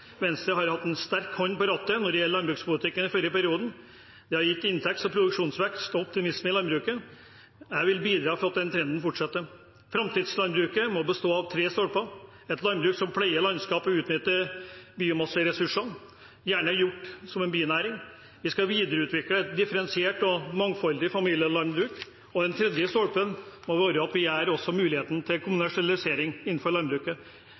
Venstre har hatt en sterk hånd på rattet når det gjelder landbrukspolitikken i den forrige perioden. Det har gitt inntekts- og produksjonsvekst og optimisme i landbruket. Jeg vil bidra til at den trenden fortsetter. Framtidslandbruket må bestå av tre stolper – for det første et landbruk som pleier landskapet og utnytter biomasseressursene, gjerne gjort som en binæring. For det andre skal vi videreutvikle et differensiert og mangfoldig familielandbruk. Den tredje stolpen må være at vi muliggjør kommersialisering i landbruket